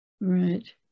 right